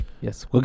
Yes